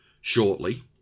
shortly